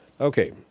Okay